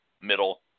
middle